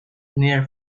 near